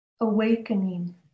awakening